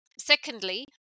Secondly